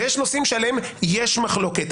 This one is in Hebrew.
ויש נושאים שעליהם יש מחלוקת.